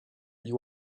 you